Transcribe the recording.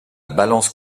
balance